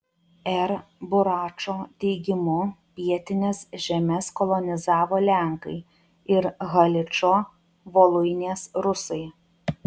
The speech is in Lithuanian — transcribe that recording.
r buračo teigimu pietines žemes kolonizavo lenkai ir haličo voluinės rusai